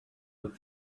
but